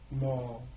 more